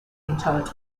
interred